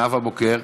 נאוה בוקר.